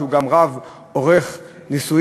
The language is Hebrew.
שהוא גם רב עורך נישואין,